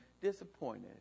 disappointed